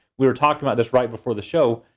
we were talking about this right before the show.